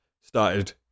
started